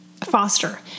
foster